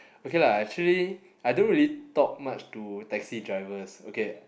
okay lah actually I don't really talk much to taxi drivers okay